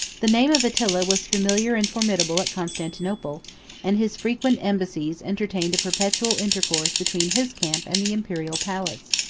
the name of attila was familiar and formidable at constantinople and his frequent embassies entertained a perpetual intercourse between his camp and the imperial palace.